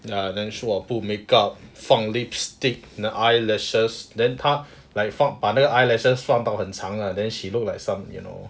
ya then she got put makeup 放 lipstick eyelashes then 她 like 放把那个 eyelashes 放到很长 lah then she looked like some you know